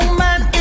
man